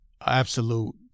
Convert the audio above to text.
absolute